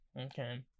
Okay